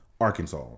Arkansas